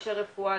לאנשי רפואה,